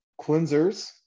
cleansers